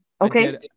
Okay